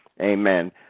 Amen